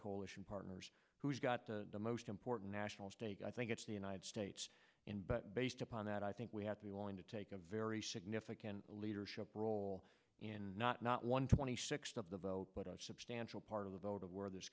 coalition partners who's got the most important national stake i think it's the united states in but based upon that i think we have to be wanting to take a very significant leadership role in not not one twenty sixth of the vote but substantial part of the vote of where this